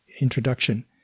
introduction